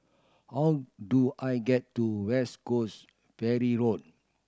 how do I get to West Coast Ferry Road